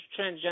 transgender